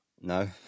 No